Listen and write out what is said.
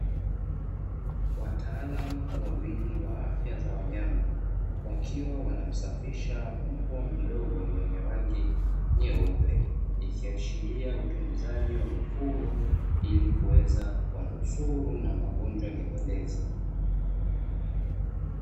Wataalamu wawili wa afya za wanyama wakiwa wanamsafisha mbwa mdogo mwenye rangi nyeupe, ikiashiria utunzaji wa mifugo ili kuweza kuwanusuru na magonjwa nyemelezi.